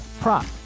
prop